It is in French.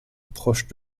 proche